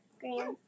green